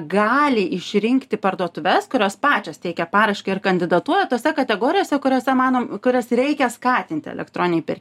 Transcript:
gali išrinkti parduotuves kurios pačios teikia paraišką ir kandidatuoja tose kategorijose kuriose manom kurias reikia skatinti elektroninėj per